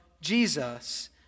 Jesus